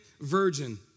virgin